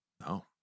No